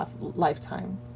lifetime